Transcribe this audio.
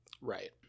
right